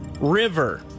river